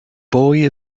boy